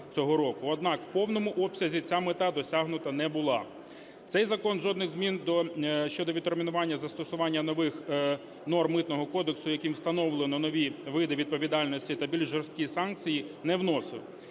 кінця року. Однак в повному обсязі ця мета досягнута не була. Цей закон жодних змін щодо відтермінування застосування нових норм Митного кодексу, яким встановлено нові види відповідальності та більш жорсткі санкції, не вносив.